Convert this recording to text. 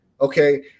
Okay